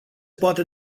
poate